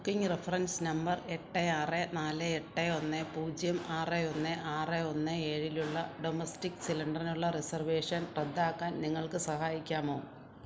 booking reference number എട്ട് ആറ് നാല് എട്ട് ഒന്ന് പൂജ്യം ആറ് ഒന്ന് ആറ് ഒന്ന് ഏഴിലുള്ള ഡൊമസ്റ്റിക് സിലിണ്ടറിനുള്ള റിസർവേഷൻ റദ്ദാക്കാൻ നിങ്ങൾക്ക് സഹായിക്കാമോ